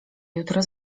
jutro